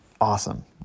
awesome